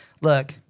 look